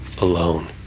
alone